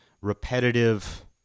repetitive